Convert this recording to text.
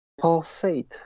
pulsate